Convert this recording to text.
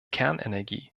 kernenergie